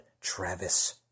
Travis